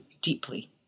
deeply